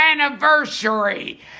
anniversary